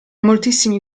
moltissimi